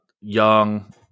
Young